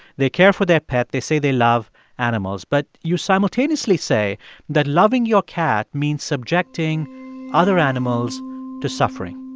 they care for their pet. they say they love animals. but you simultaneously say that loving your cat means subjecting other animals to suffering.